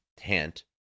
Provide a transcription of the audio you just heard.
hint